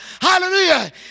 Hallelujah